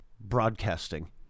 broadcasting